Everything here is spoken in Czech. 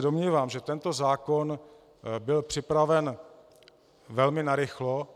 Domnívám se, že tento zákon byl připraven velmi narychlo.